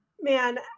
man